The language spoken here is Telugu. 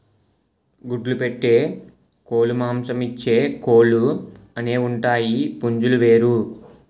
గుడ్లు పెట్టే కోలుమాంసమిచ్చే కోలు అనేవుంటాయి పుంజులు వేరు